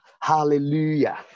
Hallelujah